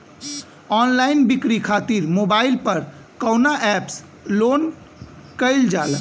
Online बिक्री खातिर mobile पर कवना एप्स लोन कईल जाला?